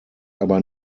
aber